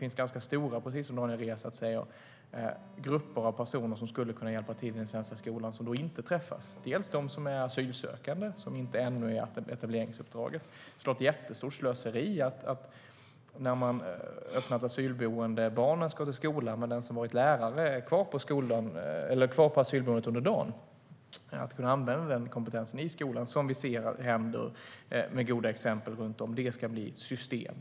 Precis som Daniel Riazat säger finns det ganska stora grupper av personer som skulle kunna hjälpa till i den svenska skolan men som inte träffas. Det gäller bland annat de som är asylsökande, som ännu inte är i etableringsuppdraget. När man öppnar ett asylboende och barnen ska till skolan är det ett jättestort slöseri att den som har varit lärare är kvar på asylboendet under dagen. Att använda den kompetensen i skolan, vilket vi ser händer med goda exempel runt om, ska bli system.